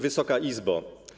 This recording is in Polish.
Wysoka Izbo!